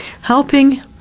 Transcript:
Helping